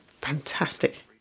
Fantastic